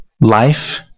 life